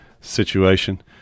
situation